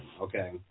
okay